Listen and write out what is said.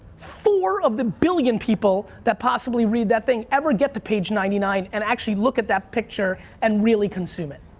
four of the billion people that possibly read that thing ever get to page ninety nine and actually look at that picture and really consume it.